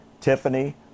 Tiffany